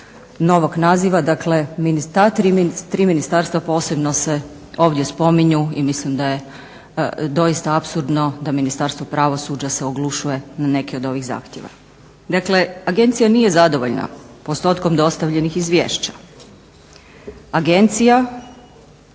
novog naziva. Dakle, ta tri ministarstva posebno se ovdje spominju i mislim da je doista apsurdno da Ministarstvo pravosuđa se oglušuje na neke od ovih zahtjeva. Dakle, agencija nije zadovoljna postotkom dostavljenih izvješća. Agencija,